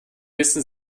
bisschen